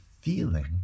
feeling